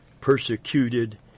persecuted